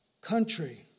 country